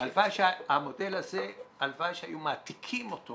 המודל הזה, הלוואי שהיו מעתיקים אותו